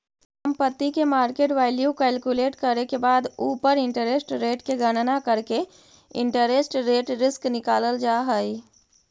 संपत्ति के market value calculate करे के बाद उ पर इंटरेस्ट रेट के गणना करके इंटरेस्ट रेट रिस्क निकालल जा हई